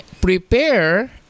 prepare